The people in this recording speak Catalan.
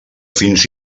fins